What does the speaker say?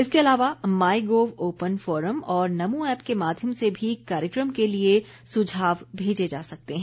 इसके अलावा my gov open forum और नमो ऐप के माध्यम से भी कार्यक्रम के लिए सुझाव भेजे जा सकते हैं